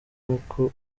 uko